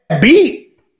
beat